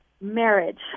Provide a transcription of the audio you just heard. marriage